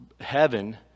heaven